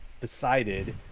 decided